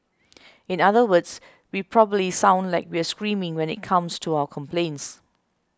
in other words we probably sound like we're screaming when it comes to our complaints